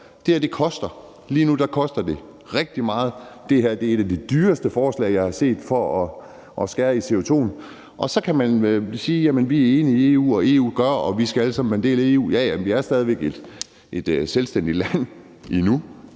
Det her koster. Lige nu koster det rigtig meget. Det her er et af de dyreste forslag, jeg har set, til at reducere CO2'en. Så kan man sige, at man er enig i EU, og at EU gør det, og at vi alle sammen skal være en del af EU. Ja ja, men vi er heldigvis stadig væk et selvstændigt land – endnu.